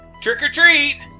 Trick-or-treat